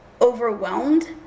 overwhelmed